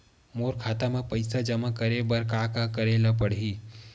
मोर खाता म पईसा जमा करे बर का का करे ल पड़हि?